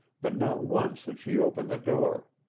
but not once had she opened the door.